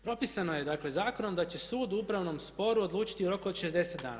Propisano je, dakle zakonom da će sud u upravnom sporu odlučiti u roku od 60 dana.